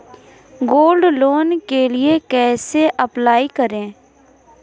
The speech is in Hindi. गोल्ड लोंन के लिए कैसे अप्लाई करें?